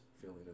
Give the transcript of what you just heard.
feeling